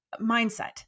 mindset